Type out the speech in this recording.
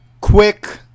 Quick